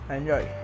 Enjoy